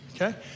okay